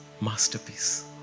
masterpiece